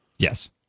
Yes